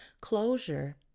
Closure